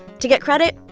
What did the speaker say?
to get credit,